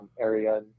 area